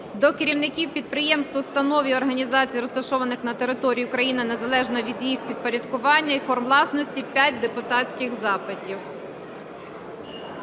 до керівників підприємств, установ і організацій, розташованих на території України, незалежно від їх підпорядкування і форм власності – 5 депутатських запитів.